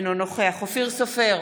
אינו נוכח אופיר סופר,